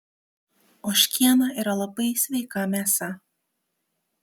ožkiena yra labai sveika mėsa